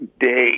day